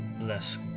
less